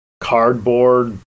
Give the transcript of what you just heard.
cardboard